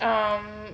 um